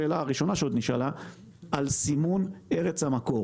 בחשבון כבר הייתה אמורה להיות ירידת מכס וזה לא קרה.